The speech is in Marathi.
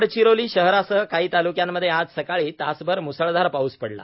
गडचिरोली शहरासह काही तालुक्यांमध्ये आज सकाळी तासभर मुसळधार पाऊस पडला